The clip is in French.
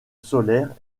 solaire